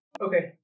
Okay